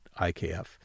IKF